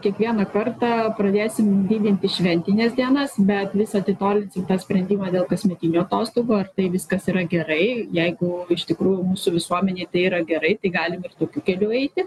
kiekvieną kartą pradėsim didinti šventines dienas bet vis atitolinti tą sprendimą dėl kasmetinių atostogų ar tai viskas yra gerai jeigu iš tikrųjų mūsų visuomenei tai yra gerai tai galim ir tokiu keliu eiti